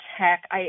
tech